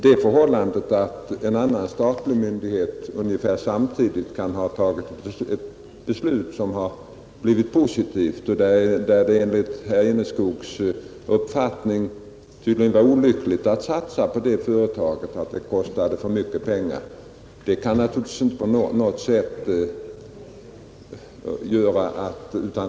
Det förhållandet att en annan statlig myndighet ungefär samtidigt i ett annat fall kan ha fattat ett positivt beslut — enligt herr Enskogs uppfattning var det tydligen olyckligt att satsa på det företaget eftersom det kostade för mycket pengar — kan naturligtvis inte göra någon skillnad.